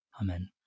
Amen